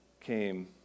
came